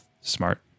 smart